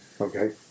Okay